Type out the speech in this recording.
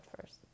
first